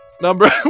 Number